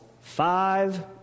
five